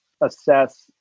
assess